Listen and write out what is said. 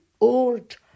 old